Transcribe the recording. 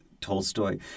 Tolstoy